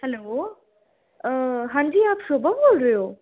hello हां जी तुस शोभा बोल्लै करदे ओ